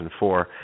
2004